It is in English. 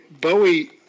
Bowie